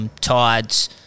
tides